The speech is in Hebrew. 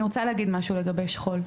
אני רוצה להגיד משהו לגבי שכול.